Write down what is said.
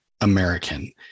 American